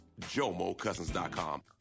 JomoCousins.com